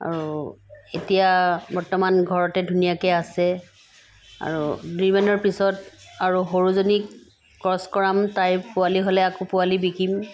আৰু এতিয়া বৰ্তমান ঘৰতে ধুনীয়াকৈ আছে আৰু দুই মাহৰ পিছত আৰু সৰুজনীক ক্ৰছ কৰাম তাইৰ পোৱালি হ'লে বিকিম